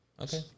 Okay